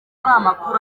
amakuru